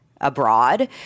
abroad